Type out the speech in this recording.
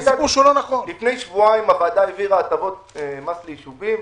לפני שבועיים הוועדה העבירה הטבות מס לישובים,